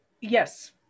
yes